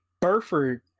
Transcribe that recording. Burford